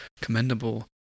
commendable